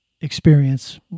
experience